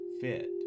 fit